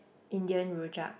Indian Rojak